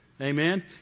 Amen